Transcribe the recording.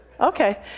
Okay